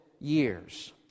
years